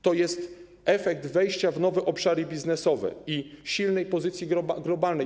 To jest efekt wejścia w nowe obszary biznesowe i silnej pozycji globalnej.